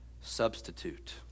substitute